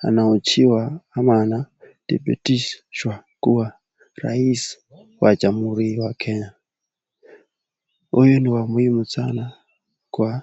anahojiwa ama anadhibitishwa kuwa rais wa jamhuri wa Kenya. Huyu ni wa muhimu sana kwa....